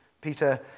Peter